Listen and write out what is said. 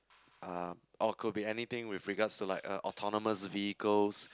uh or could be anything with regards to like uh autonomous vehicles